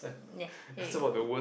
yeah here you go